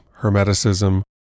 hermeticism